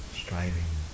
striving